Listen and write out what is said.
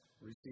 receive